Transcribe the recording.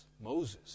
Moses